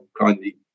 kindly